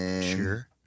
Sure